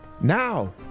Now